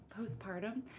postpartum